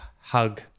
hug